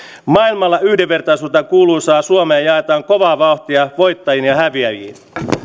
maailmalla yhdenvertaisuudestaan kuuluisaa suomea jaetaan kovaa vauhtia voittajiin ja häviäjiin